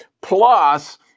plus